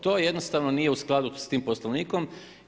To jednostavno nije u skladu sa tim Poslovnikom.